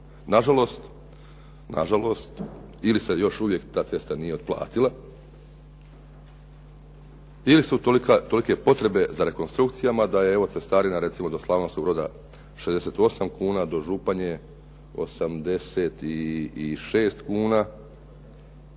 nažalost ili se još uvijek ta cesta nije otplatila ili su tolike potrebe za rekonstrukcijama da je, evo cestarina recimo do Slavonskog Broda 68 kuna, do Županje 86 kuna,